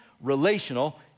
relational